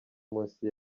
munsi